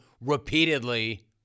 repeatedly